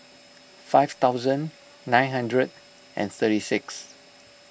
five thousand nine hundred and thirty six